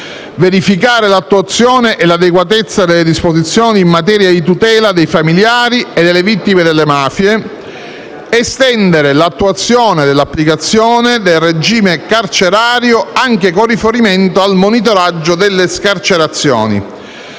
verificare l'attuazione e l'adeguatezza delle disposizioni in materia di tutela dei familiari e delle vittime delle mafie, estendere l'attuazione dell'applicazione del regime carcerario anche con riferimento al monitoraggio delle scarcerazioni,